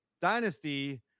dynasty